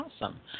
awesome